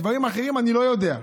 בדברים אחרים אני לא יודע.